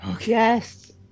Yes